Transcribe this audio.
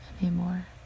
anymore